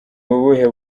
ubuhe